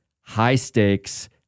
high-stakes